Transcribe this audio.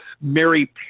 Mary